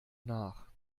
nach